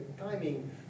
timing